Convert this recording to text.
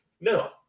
no